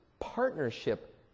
partnership